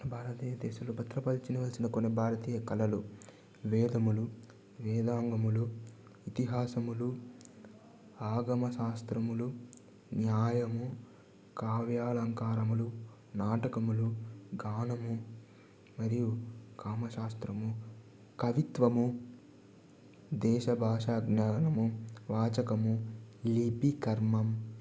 భారతదేశంలో భద్రపరచవలసిన కొన్ని భారతీయ కళలు వేదములు వేదాంగములు ఇతిహాసములు ఆగమ శాస్త్రములు న్యాయము కావ్యాలంకారములు నాటకములు గానము మరియు కామశాస్త్రము కవిత్వము దేశభాష జ్ఞానము వాచకము లిపి కర్మం